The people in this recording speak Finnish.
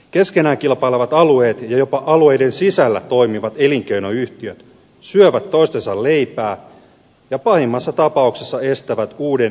keskenään kilpailevat alueet ja jopa alueiden sisällä toimivat elinkeinoyhtiöt syövät toistensa leipää ja pahimmassa tapauksessa estävät uuden elinvoiman kehittymistä